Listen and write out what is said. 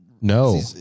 No